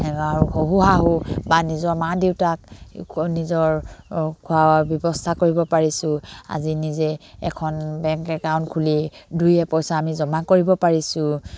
শহুৰ শাহু বা নিজৰ মা দেউতাক নিজৰ খোৱা ব্যৱস্থা কৰিব পাৰিছোঁ আজি নিজে এখন বেংক একাউণ্ট খুলি দুই এপইচা আমি জমা কৰিব পাৰিছোঁ